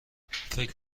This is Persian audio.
فکر